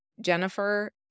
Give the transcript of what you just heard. Jennifer